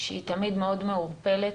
שהיא תמיד מאוד מעורפלת,